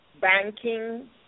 banking